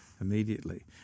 Immediately